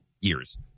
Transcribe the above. years